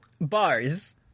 Bars